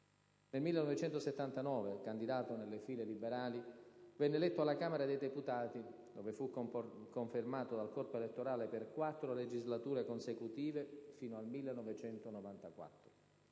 Nel 1979, candidato nelle file liberali, venne eletto alla Camera dei deputati, dove fu confermato dal corpo elettorale per quattro legislature consecutive, fino al 1994.